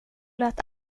lät